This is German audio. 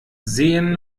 sehen